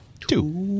Two